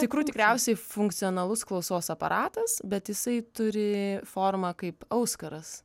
tikrų tikriausiai funkcionalus klausos aparatas bet jisai turi formą kaip auskaras